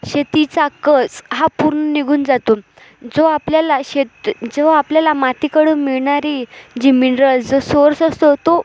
शेतीचा कस हा पूर्ण निघून जातो जो आपल्याला शेत जो आपल्याला मातीकडून मिळणारी जी मिणरल्स जो सोर्स असतो तो